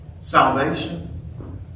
salvation